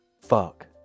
Fuck